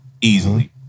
easily